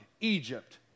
Egypt